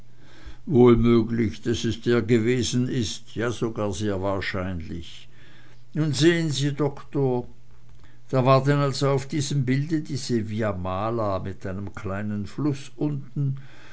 wohl möglich daß es der gewesen ist ja sogar sehr wahrscheinlich nun sehen sie doktor da war denn also auf diesem bilde diese via mala mit einem kleinen fluß unten